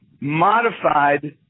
modified